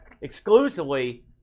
exclusively